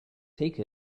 take